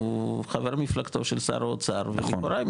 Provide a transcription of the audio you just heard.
הוא חבר מפלגתו של שר האוצר ולכאורה,